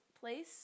place